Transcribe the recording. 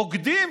רוקדים.